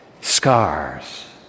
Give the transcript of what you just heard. scars